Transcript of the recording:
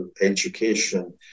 Education